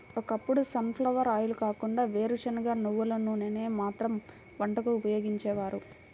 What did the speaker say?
ఒకప్పుడు sunflower oil కాకుండా వేరుశనగ, నువ్వుల నూనెను మాత్రమే వంటకు ఉపయోగించేవారు